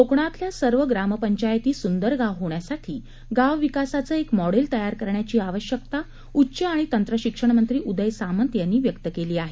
कोकणातल्या सर्व ग्रामपंचायती सुंदर गाव होण्यासाठी गावविकासाचं एक मॉडेल तयार करण्याची आवश्यकता उच्च आणि तंत्रशिक्षण मंत्री उदय सामंत यांनी व्यक्त केली आहे